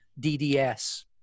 DDS